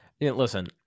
listen